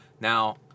now